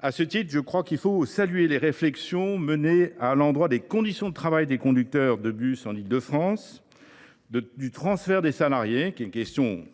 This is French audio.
À ce titre, je salue les réflexions menées à l’endroit des conditions de travail des conducteurs de bus d’Île de France, du transfert des salariés – l’enjeu